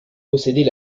possédait